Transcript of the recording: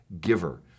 giver